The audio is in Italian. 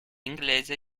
inglese